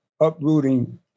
uprooting